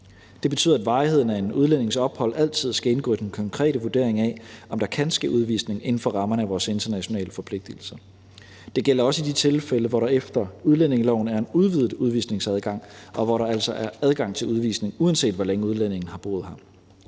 Det betyder, at varigheden af en udlændings ophold altid skal indgå i den konkrete vurdering af, om der kan ske udvisning inden for rammerne af vores internationale forpligtigelser. Det gælder også i de tilfælde, hvor der efter udlændingeloven er en udvidet udvisningsadgang, og hvor der altså er adgang til udvisning, uanset hvor længe udlændingen har boet her.